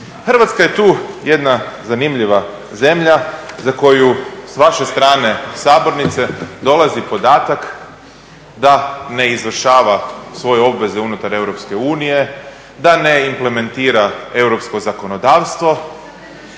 Hrvatska je tu jedna zanimljiva zemlja za koju s vaše strane sabornice dolazi podatak da ne izvršava svoje obveze unutar EU, da ne implementira europsko zakonodavstvo,